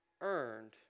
earned